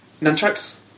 Nunchucks